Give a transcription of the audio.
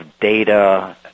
data